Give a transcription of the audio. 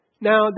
Now